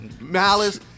malice